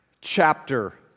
chapter